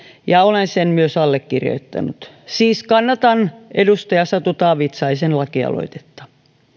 ja olen sen myös allekirjoittanut siis kannatan edustaja satu taavitsaisen lakialoitetta